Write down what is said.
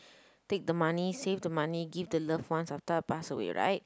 take the money save the money give the loved ones after I pass away right